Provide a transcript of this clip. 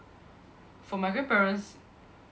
for my grandparents